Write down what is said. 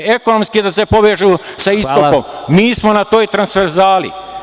Ekonomski da se povežu sa istokom, a mi smo na toj transferzali.